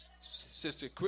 sister